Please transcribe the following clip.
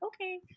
okay